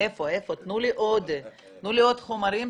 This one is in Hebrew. תנו לי עוד חומרים,